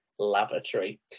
Lavatory